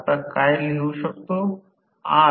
त्या प्रकरणात काय होईल ते VThevenin V आढळेल